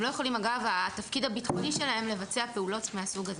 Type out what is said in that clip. הם לא יכולים אגב התפקיד הביטחוני לבצע פעולות מהסוג הזה